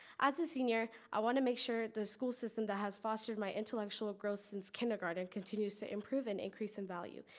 as a senior, i want to make sure the school system that has fostered my intellectual growth since kindergarten continues to improve and increase in value,